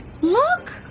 Look